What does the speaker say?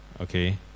Okay